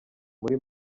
muri